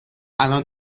الان